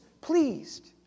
pleased